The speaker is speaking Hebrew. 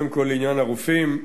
קודם כול לעניין הרופאים,